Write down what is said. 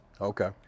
Okay